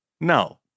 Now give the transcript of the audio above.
no